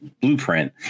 blueprint